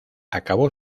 acabó